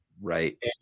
Right